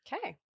Okay